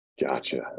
Gotcha